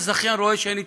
שהזכיין רואה שאין היתכנות.